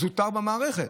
זוטר במערכת,